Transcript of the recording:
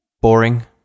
Boring